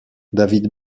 david